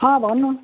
अँ भन्नु